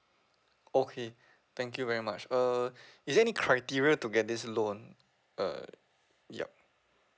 okay thank you very much err is there any criteria to get this loan err yup